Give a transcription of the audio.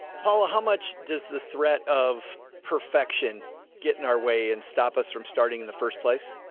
paula, how much does the threat of perfection get in our way and stop us from starting in the first place?